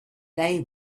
they